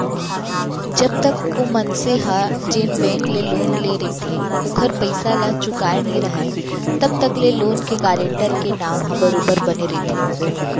जब तक ओ मनसे ह जेन बेंक ले लोन लेय रहिथे ओखर पइसा ल चुकाय नइ राहय तब तक ले लोन के गारेंटर के नांव ह बरोबर बने रहिथे